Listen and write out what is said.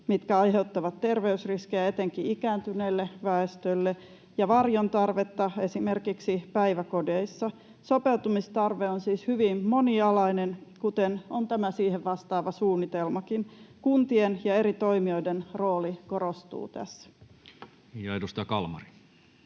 mitkä aiheuttavat terveysriskejä etenkin ikääntyneelle väestölle ja varjon tarvetta esimerkiksi päiväkodeissa. Sopeutumistarve on siis hyvin monialainen, kuten on tämä siihen vastaava suunnitelmakin. Kuntien ja eri toimijoiden rooli korostuu tässä. Edustaja Kalmari.